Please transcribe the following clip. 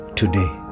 today